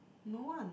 no one